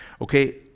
Okay